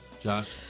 Josh